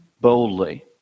boldly